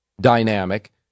dynamic